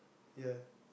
ya